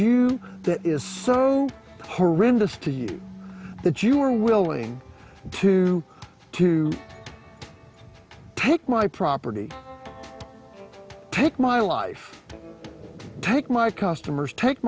you that is so horrendous to you that you are willing to to take my property take my life take my customers take